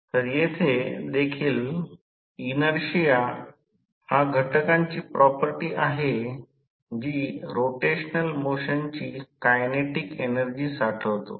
तर येथे देखील इनर्शिया हा घटकांची प्रॉपर्टी आहे जी रोटेशनल मोशनची कायनेटिक एनर्जी साठवतो